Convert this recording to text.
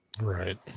Right